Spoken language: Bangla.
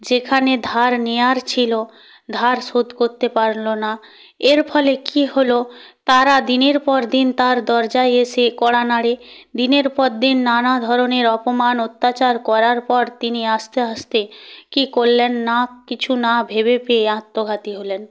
যেখানে ধার নেয়ার ছিলো ধার শোধ করতে পারলো না এর ফলে কী হলো তারা দিনের পর দিন তার দরজায় এসে কড়া নাড়ে দিনের পর দিন নানা ধরনের অপমান অত্যাচার করার পর তিনি আস্তে আস্তে কী করলেন না কিছু না ভেবে পেয়ে আত্মঘাতী হলেন